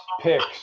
picks